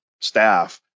staff